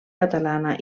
catalana